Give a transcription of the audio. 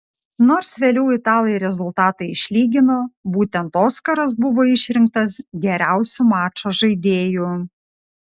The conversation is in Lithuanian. nors vėliau italai rezultatą išlygino būtent oskaras buvo išrinktas geriausiu mačo žaidėju